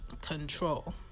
control